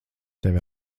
tevi